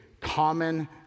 common